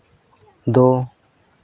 ᱫᱚ